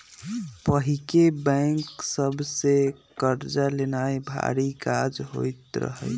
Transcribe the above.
पहिके बैंक सभ से कर्जा लेनाइ भारी काज होइत रहइ